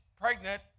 pregnant